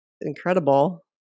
incredible